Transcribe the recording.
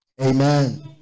amen